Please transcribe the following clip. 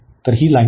तर ही लाईन आहे